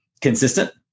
consistent